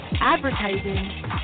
advertising